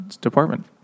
department